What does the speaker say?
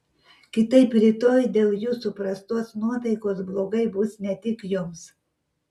kitaip rytoj dėl jūsų prastos nuotaikos blogai bus ne tik jums